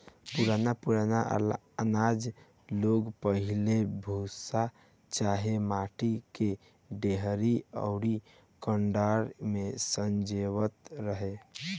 पुरान पुरान आनाज लोग पहिले भूसा चाहे माटी के डेहरी अउरी कुंडा में संजोवत रहे